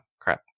crap